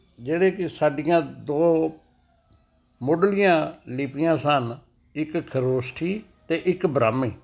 ਜਿਹੜੇ ਕਿ ਸਾਡੀਆਂ ਦੋ ਮੁਢਲੀਆਂ ਲਿਪੀਆਂ ਸਨ ਇੱਕ ਖਰੋਸ਼ਟੀ ਅਤੇ ਇੱਕ ਬ੍ਰਹਮੀ